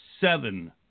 seven